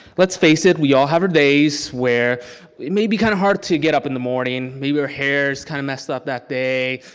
let's face it, we all have our days where it may be kinda kind of hard to get up in the morning, maybe our hair is kinda messed up that day,